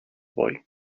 boy